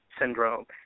syndrome